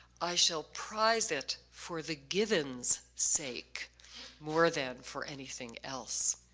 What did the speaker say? i shall prize it for the givens sake more than for anything else.